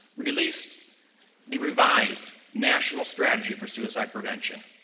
released the revised national strategy for suicide prevention.